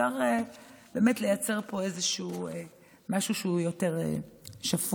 אפשר באמת לייצר פה משהו יותר שפוי,